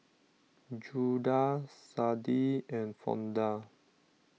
Judah Sade and Fonda